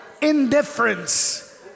indifference